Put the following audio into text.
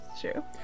true